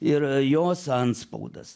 ir jos antspaudas